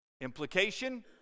Implication